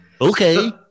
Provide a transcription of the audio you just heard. Okay